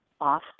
off